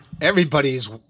everybody's